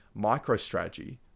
MicroStrategy